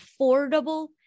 affordable